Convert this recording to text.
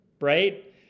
right